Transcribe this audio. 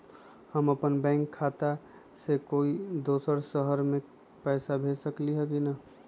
हम अपन बैंक खाता से कोई दोसर शहर में पैसा भेज सकली ह की न?